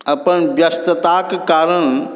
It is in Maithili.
अपन व्यस्तताके कारण